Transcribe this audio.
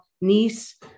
niece